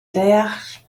deall